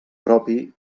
propi